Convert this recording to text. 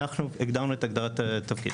אנחנו הגדרנו את הגדרת התפקיד.